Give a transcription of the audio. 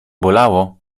bolało